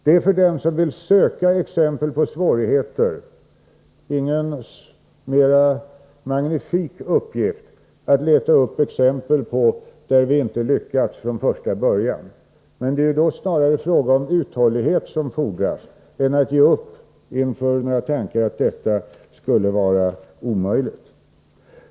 Det är för dem som vill söka exempel på svårigheter ingen särskilt magnifik uppgift att leta upp projekt där vi inte lyckats från början. Men det är ju då snarare fråga om att vara uthållig än att ge upp i tanke att det skulle vara omöjligt att genomföra projekten.